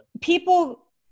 People